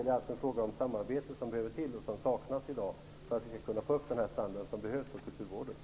Det är nämligen samarbete som behövs. Det är det som saknas för att vi skall kunna få upp den standard som behövs för kulturvården.